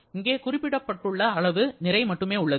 இங்கே குறிப்பிடப்பட்டுள்ள அளவு நிறை மட்டுமே உள்ளது